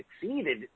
succeeded